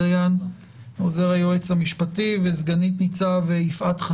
מיוצגים בחדר הוועדה לפחות על ידי נציג או נציגה אחד או